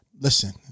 Listen